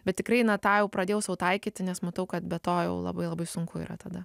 bet tikrai na tą jau pradėjau sau taikyti nes matau kad be to jau labai labai sunku yra tada